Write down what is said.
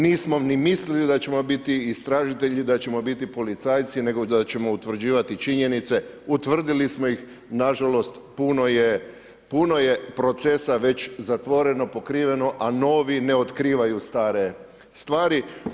Nismo ni mislili da ćemo biti istražitelji, da ćemo biti policajci, nego da ćemo utvrđivati činjenice, utvrdili smo ih, nažalost puno je procesa već zatvoreno, pokriveno, a novi ne otkrivaju stare stvari.